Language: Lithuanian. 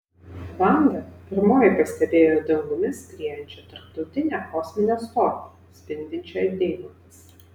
vanda pirmoji pastebėjo dangumi skriejančią tarptautinę kosminę stotį spindinčią it deimantas